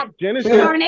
Genesis